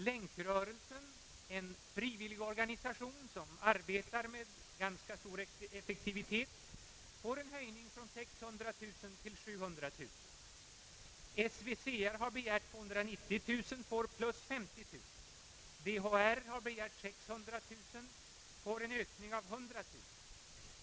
Länkrörelsen, en frivillig organisation som arbetar med ganska stor effektivitet, får en höjning från 600 000 kronor till 700000 kronor. SVCR har begärt 290 000 men får 50 000 mer. DHR har begärt 600 000 men får en ökning av 100 000.